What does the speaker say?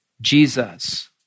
Jesus